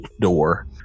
door